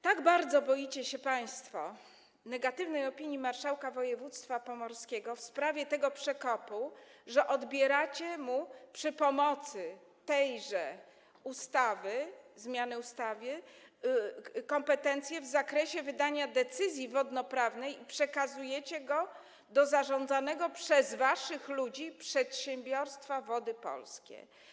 Tak bardzo boicie się państwo negatywnej opinii marszałka województwa pomorskiego w sprawie tego przekopu, że odbieracie mu przy pomocy tejże ustawy, zmiany w ustawie, kompetencje w zakresie wydania decyzji wodnoprawnej i przekazujecie to do zarządzanego przez waszych ludzi przedsiębiorstwa Wody Polskie.